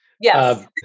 Yes